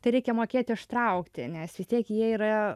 tereikia mokėt ištraukti nes vis tiek jie yra